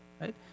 right